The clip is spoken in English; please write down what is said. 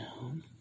down